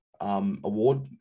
award